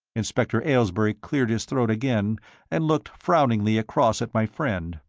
inspector aylesbury cleared his throat again and looked frowningly across at my friend.